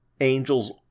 angels